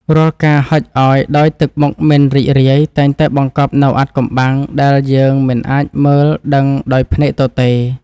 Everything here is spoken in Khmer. រាល់ការហុចឱ្យដោយទឹកមុខមិនរីករាយតែងតែបង្កប់នូវអាថ៌កំបាំងដែលយើងមិនអាចមើលដឹងដោយភ្នែកទទេ។